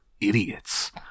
idiots